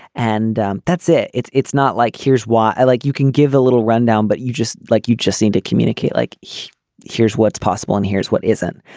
and um that's it. it's it's not like here's why i like you can give a little rundown but you just like you just seem to communicate like here's what's possible and here's what isn't.